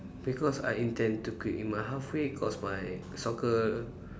because I intend to quit in my halfway cause my soccer